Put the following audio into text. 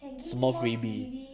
什么 freebie